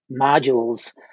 modules